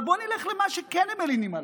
אבל בוא נלך למה שהם כן מלינים עליו.